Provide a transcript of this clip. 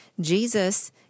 Jesus